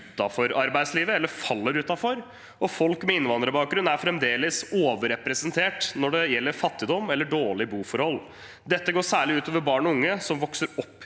utenfor arbeidslivet, og folk med innvandrerbakgrunn er fremdeles overrepresentert når det gjelder fattigdom og dårlige boforhold. Dette går særlig ut over barn og unge, som vokser opp